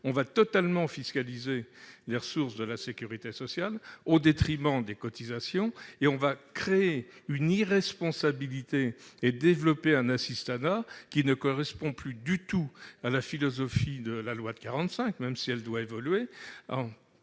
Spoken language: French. on va totalement fiscaliser les ressources de la sécurité sociale au détriment des cotisations. On va ainsi créer un régime d'irresponsabilité et développer un assistanat qui ne correspond plus du tout à la philosophie des ordonnances de 1945, même si celle-ci doit évoluer.